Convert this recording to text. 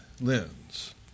lens